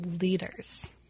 leaders